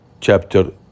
Chapter